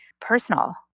personal